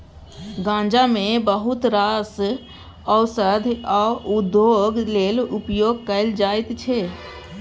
गांजा केँ बहुत रास ओषध आ उद्योग लेल उपयोग कएल जाइत छै